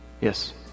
yes